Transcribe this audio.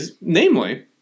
Namely